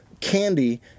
candy